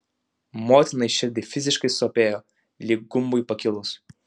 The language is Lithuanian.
motinai širdį fiziškai sopėjo lyg gumbui pakilus